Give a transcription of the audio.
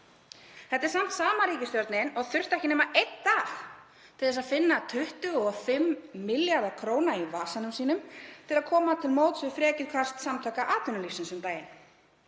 Þetta er samt sama ríkisstjórnin og þurfti ekki nema einn dag til þess að finna 25 milljarða kr. í vasanum til að koma til móts við frekjukast Samtaka atvinnulífsins um daginn.